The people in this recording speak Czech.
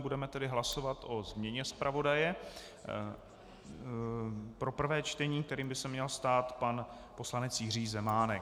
Budeme tedy hlasovat o změně zpravodaje pro prvé čtení, kterým by se měl stát pan poslanec Jiří Zemánek.